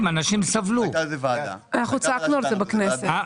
הייתה ועדה שדנה בזה, בועז לב.